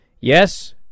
Yes